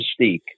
mystique